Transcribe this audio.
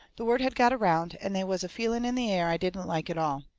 the word had got around, and they was a feeling in the air i didn't like at all.